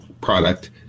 product